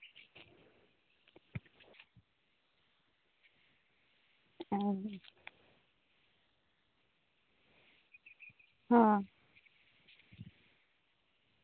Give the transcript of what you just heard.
ᱚ ᱦᱚᱸ